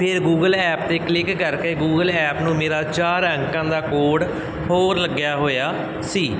ਫੇਰ Google app 'ਤੇ click ਕਰਕੇ ਗੂਗਲ ਐਪ ਨੂੰ ਮੇਰਾ ਚਾਰ ਅੰਕਾਂ ਦਾ ਕੋਡ ਹੋਰ ਲੱਗਿਆ ਹੋਇਆ ਸੀ